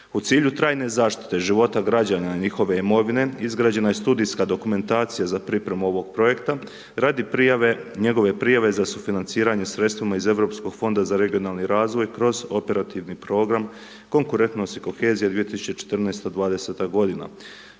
U cilju trajne zaštite života građana i njihove imovine izgrađena je studijska dokumentacija za pripremu ovog projekta radi prijave, njegove prijave za sufinanciranje sredstvima iz Europskog fonda za regionalni razvoj kroz Operativni program konkurentnost i kohezija 2014. – 2020. godina.